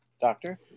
doctor